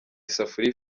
isafuriya